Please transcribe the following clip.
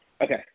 okay